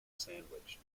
sandwich